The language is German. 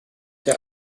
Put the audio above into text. der